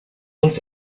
uns